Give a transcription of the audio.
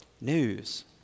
news